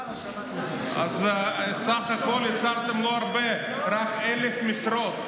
אז בסך הכול יצרתם לא הרבה, רק 1,000 משרות.